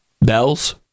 Bells